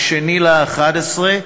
2 בנובמבר,